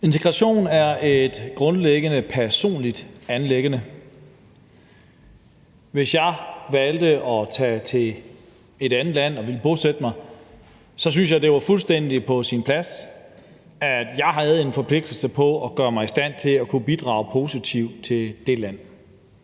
Integration er grundlæggende et personligt anliggende. Hvis jeg valgte at tage til et andet land og ville bosætte mig, synes jeg, det ville være fuldstændig på sin plads at sige, at jeg havde en forpligtelse til at gøre mig i stand til at kunne bidrage positivt til det land.